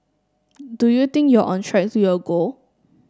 do you think you're on track to your goal